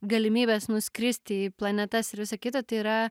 galimybes nuskristi į planetas ir visą kitą tai yra